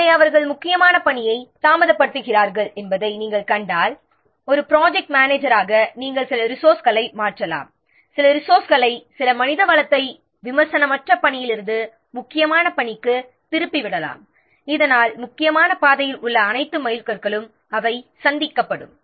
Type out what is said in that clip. எனவே முக்கியமான பணி தாமதமாகிறது என்பதை நாம் கண்டால் ஒரு ப்ராஜெக்ட் மேனேஜராக நாம் சில ரிசோர்ஸ்களை மாற்றலாம் சில ரிசோர்ஸ்களை சில பணியாளர்களை முக்கியமற்ற பணியிலிருந்து முக்கியமான பணிக்கு திருப்பிவிடலாம் இதனால் முக்கியமான பாதையில் உள்ள அனைத்து மைல்கற்களும் சந்திக்கப்படும்